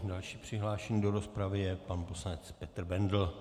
Nyní další přihlášený do rozpravy je pan poslanec Petr Bendl.